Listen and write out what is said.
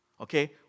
Okay